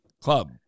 Club